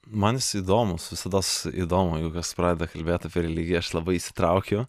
man jis įdomu visados įdomu jeigu kas pradeda kalbėt apie religiją aš labai įsitraukiu